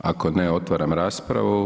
Ako ne otvaram raspravu.